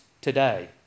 today